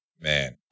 man